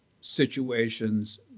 situations